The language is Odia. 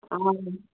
ହଁ